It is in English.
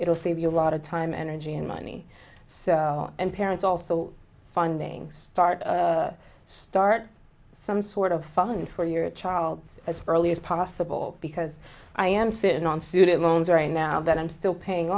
will save you a lot of time energy and money so and parents also findings start start some sort of fund for your child as early as possible because i am sitting on student loans are right now that i'm still paying